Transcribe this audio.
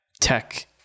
tech